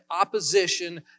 opposition